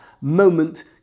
moment